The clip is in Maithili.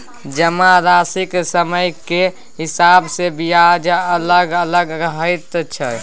जमाराशिक समयक हिसाब सँ ब्याज अलग अलग रहैत छै